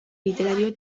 literario